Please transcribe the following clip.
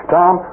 Tom